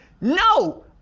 no